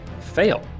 fail